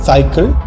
Cycle